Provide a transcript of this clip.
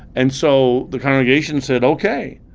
and so the congregation said, okay.